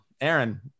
Aaron